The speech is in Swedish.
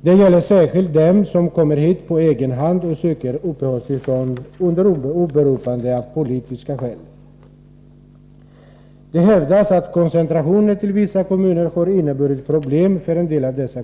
Det gäller särskilt dem som kommer hit på egen hand och söker uppehållstillstånd under åberopande av politiska skäl. Det hävdas att koncentrationen till vissa kommuner har inneburit problem för en del av dessa.